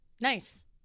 Nice